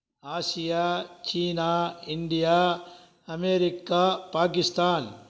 Asia சீனா India America Pakistan